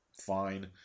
fine